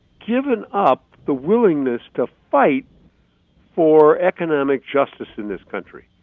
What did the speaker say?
given up the willingness to fight for economic justice in this country.